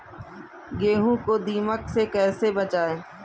गेहूँ को दीमक से कैसे बचाएँ?